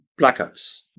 blackouts